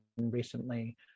recently